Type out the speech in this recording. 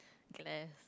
glare